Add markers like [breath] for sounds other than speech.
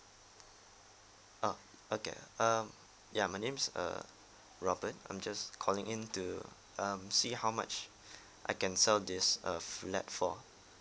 oh okay um ya my name's err robert I'm just calling in to um see how much [breath] I can sell these uh flat for